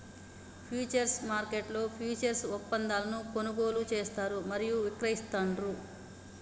futures మార్కెట్లో futures ఒప్పందాలను కొనుగోలు చేస్తారు మరియు విక్రయిస్తాండ్రు